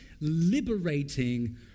liberating